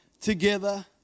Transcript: together